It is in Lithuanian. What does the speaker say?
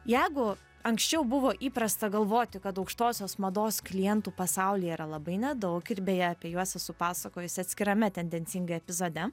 jeigu anksčiau buvo įprasta galvoti kad aukštosios mados klientų pasaulyje yra labai nedaug ir beje apie juos esu pasakojusi atskirame tendencingai epizode